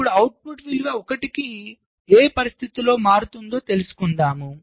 ఇప్పుడు అవుట్పుట్ విలువ 1 కి ఏ పరిస్థితులలో మారుతుందో తెలుసుకుందాం